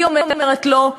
היא אומרת לו: